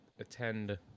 Attend